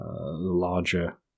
larger